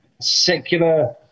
Secular